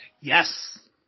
Yes